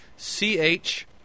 C-H